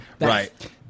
right